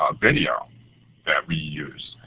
ah video that we use,